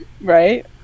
Right